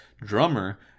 drummer